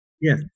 Yes